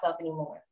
anymore